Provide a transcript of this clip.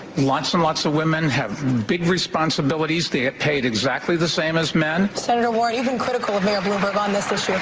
lots and lots of women have big responsibilities. they get paid exactly the same as men. senator warren, you've been critical of mayor bloomberg on this issue.